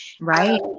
Right